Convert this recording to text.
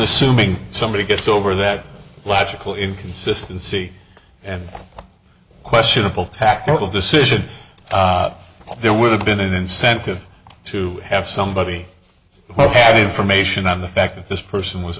assuming somebody gets over that logical inconsistency and questionable tactical decision there would have been an incentive to have somebody might have information on the fact that this person was